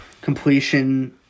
Completion